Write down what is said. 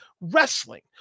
wrestling